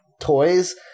toys